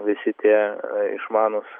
visi tie išmanūs